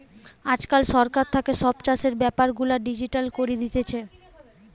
আজকাল সরকার থাকে সব চাষের বেপার গুলা ডিজিটাল করি দিতেছে